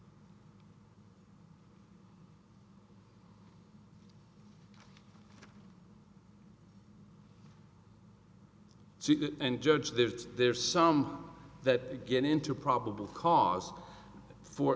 some that get into probable cause for